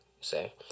say